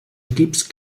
equips